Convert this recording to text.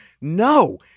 No